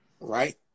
right